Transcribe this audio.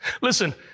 Listen